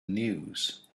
news